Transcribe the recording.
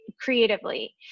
creatively